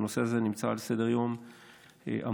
שהנושא הזה נמצא על סדר-יום של המשטרה,